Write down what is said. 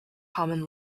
common